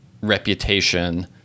reputation